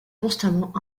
constamment